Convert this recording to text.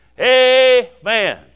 Amen